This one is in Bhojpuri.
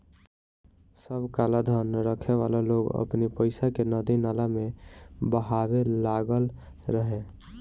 सब कालाधन रखे वाला लोग अपनी पईसा के नदी नाला में बहावे लागल रहे